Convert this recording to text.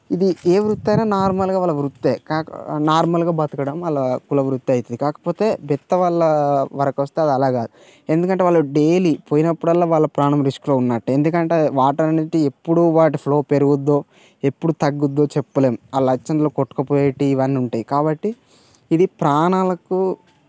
ఇది ఏ వృత్తైనా నార్మల్గా వాళ్ళ వృత్తే కాక నార్మల్గా బతకడం వాళ్ళ కులవృత్తి అయిపోయింది కాకపోతే బెత్త వాళ్ళ వరకొస్తే అలా కాదు ఎందుకంటే వాళ్ళు డైలీ పోయినప్పుడల్లా వాళ్ళ ప్రాణం రిస్క్లో ఉన్నట్టే ఎందుకంటే వాటర్ అనేది ఎప్పుడు వాటి ఫ్లో పెరుగుద్దో ఎప్పుడు తగ్గుద్దో చెప్పలేం ఆ లచ్చన్లో కొట్టుకుపోయేటివి ఇవన్నీ ఉంటాయి కాబట్టి ఇది ప్రాణాలకు